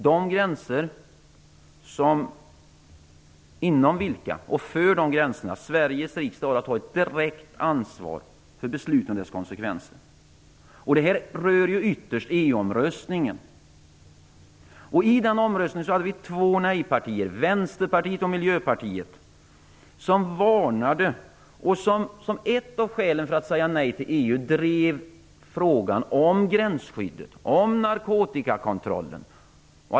För beslut och dess konsekvenser inom och vid dessa gränser har Sveriges riksdag ett direkt ansvar. Det här rör ytterst EU-omröstningen. I den omröstningen hade vi två nej-partier, Vänsterpartiet och Miljöpartiet, som varnade för och som sade att ett av skälen för att säga nej till EU var att EU var ett hot mot gränsskyddet och narkotikakontrollen.